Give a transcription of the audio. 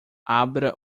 abra